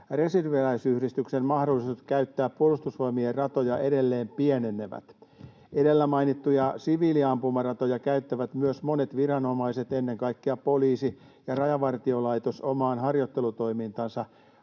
reserviläisyhdistysten mahdollisuudet käyttää Puolustusvoimien ratoja edelleen pienenevät. Edellä mainittuja siviiliampumaratoja käyttävät myös monet viranomaiset, ennen kaikkea poliisi ja Rajavartiolaitos, omaan harjoittelutoimintaansa,